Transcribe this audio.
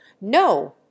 No